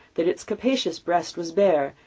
that its capacious breast was bare,